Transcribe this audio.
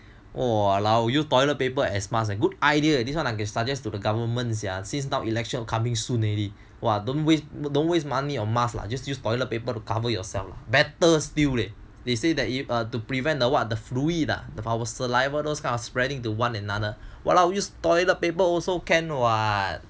!walao! use toilet paper as mask a good idea this one can suggest to the government sia since now election coming soon already !wah! don't waste money on mask lah just use toilet paper to cover yourself better still leh they say that to prevent the what the fluid ah saliva those kind of spreading to one another !walao! use toilet paper also can [what]